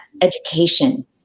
education